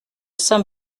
saint